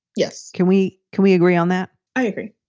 yes. can we can we agree on that? i agree.